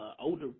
older